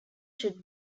should